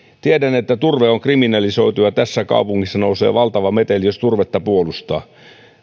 tiedän että turve on kriminalisoitu ja tässä kaupungissa nousee valtava meteli jos turvetta puolustaa